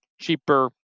cheaper